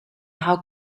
how